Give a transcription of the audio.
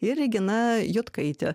ir regina jotkaitė